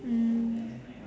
mm